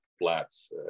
flats